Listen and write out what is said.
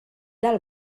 del